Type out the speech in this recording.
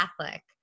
Catholic